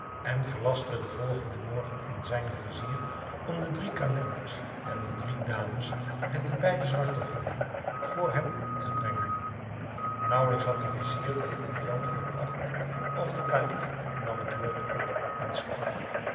en gelastte den volgenden morgen aan zijnen vizier om de drie calenders en de drie dames met de beide zwarte honden voor hem te brengen naauwelijks had de vizier dit bevel volbragt of de kalif nam het woord op en sprak